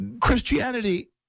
Christianity